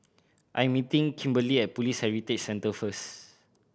I'm meeting Kimberly at Police Heritage Centre first